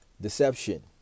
deception